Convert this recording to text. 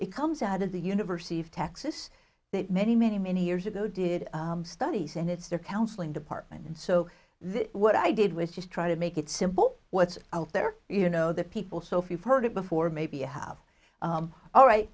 it comes out of the university of texas that many many many years ago did studies and it's their counseling department and so what i did was just try to make it simple what's out there you know the people so if you've heard it before maybe you have all right